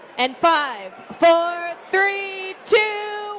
and five, four, three, two,